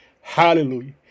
Hallelujah